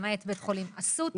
למעט בית החולים "אסותא",